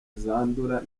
zandura